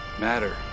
Matter